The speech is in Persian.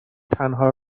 تنها